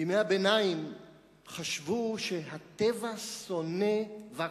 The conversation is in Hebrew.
בימי-הביניים חשבו שהטבע שונא ואקום,